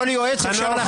מי שסגר לי